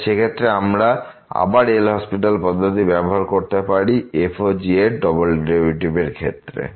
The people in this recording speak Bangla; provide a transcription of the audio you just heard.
তাই সেই ক্ষেত্রে আমরা আবার এল হসপিটাল পদ্ধতি ব্যবহার করতে পারি f ও g এ এর ডবল ডেরিভেটিভ এর ক্ষেত্রে